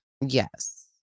yes